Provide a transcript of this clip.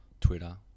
Twitter